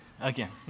Again